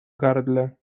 gardle